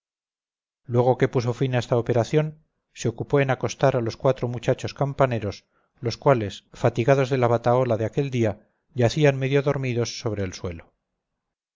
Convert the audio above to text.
luego que puso fin a esta operación se ocupó en acostar a los cuatro muchachos campaneros los cuales fatigados de la batahola de aquel día yacían medio dormidos sobre el suelo